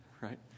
right